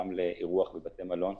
גם לאירוח בבתי מלון,